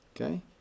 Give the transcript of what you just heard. Okay